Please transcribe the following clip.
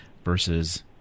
Versus